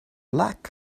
lack